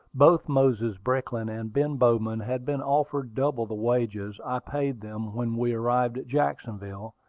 both moses brickland and ben bowman had been offered double the wages i paid them when we arrived at jacksonville,